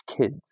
kids